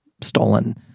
stolen